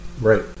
Right